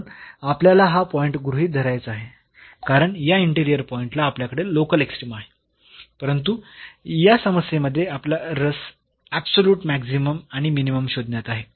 म्हणून आपल्याला हा पॉईंट गृहीत धरायचा आहे कारण या इंटेरिअर पॉईंटला आपल्याकडे लोकल एक्स्ट्रीमा आहे परंतु या समस्येमध्ये आपला रस एबसोल्युट मॅक्सिमम आणि मिनिमम शोधण्यात आहे